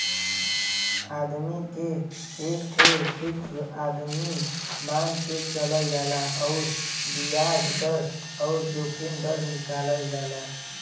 आदमी के एक ठे फ़िक्स आमदमी मान के चलल जाला अउर बियाज दर अउर जोखिम दर निकालल जाला